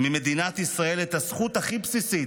ממדינת ישראל את הזכות הכי בסיסית,